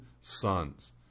sons